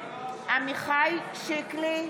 עמיחי שיקלי,